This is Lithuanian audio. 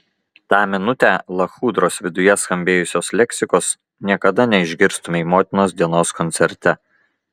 tą minutę lachudros viduje skambėjusios leksikos niekada neišgirstumei motinos dienos koncerte